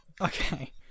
Okay